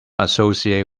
associate